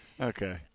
Okay